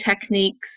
techniques